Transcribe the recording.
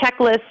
checklist